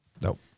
nope